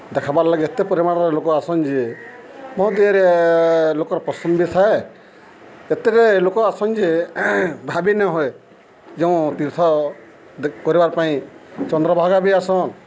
ଦେଖ୍ବାର୍ ଲାଗି ଏତେ ପରିମାଣ୍ରେ ଲୋକ ଆଏସନ୍ ଯେ ବହୁତ୍ ଇଏରେ ଲୋକର୍ ପସନ୍ଦ୍ ବି ଥାଏ ଏତେରେ ଲୋକ ଆଏସନ୍ ଯେ ଭାବି ନି ହୁଏ ଯେଉଁ ତୀର୍ଥ କରିବା ପାଇଁ ଚନ୍ଦ୍ରଭାଗା ବି ଆଏସନ୍